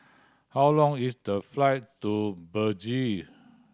how long is the flight to Belize